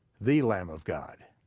the lamb of god,